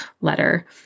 letter